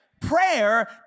Prayer